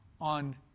on